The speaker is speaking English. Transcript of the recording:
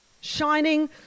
shining